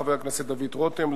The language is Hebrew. חבר הכנסת דוד רותם,